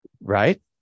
right